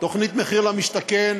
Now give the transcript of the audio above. התוכנית מחיר למשתכן,